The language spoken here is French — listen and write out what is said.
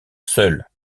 seul